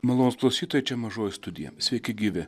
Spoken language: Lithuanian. malonūs klausytojai čia mažoji studija sveiki gyvi